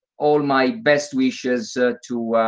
all my best wishes to